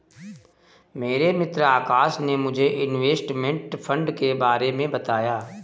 मेरे मित्र आकाश ने मुझे इनवेस्टमेंट फंड के बारे मे बताया